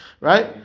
right